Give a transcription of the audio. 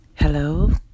Hello